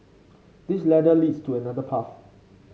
this ladder leads to another path